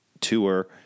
tour